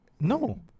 No